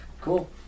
cool